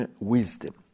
wisdom